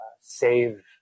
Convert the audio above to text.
save